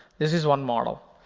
this is one model.